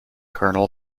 colonel